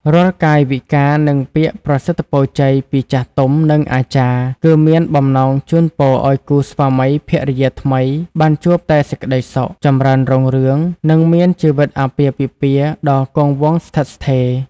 រាល់កាយវិការ និងពាក្យប្រសិទ្ធិពរជ័យពីចាស់ទុំ និងអាចារ្យ គឺមានបំណងជូនពរឱ្យគូស្វាមីភរិយាថ្មីបានជួបតែសេចក្តីសុខ ចម្រើនរុងរឿង និងមានជីវិតអាពាហ៍ពិពាហ៍ដ៏គង់វង្សស្ថិតស្ថេរ ។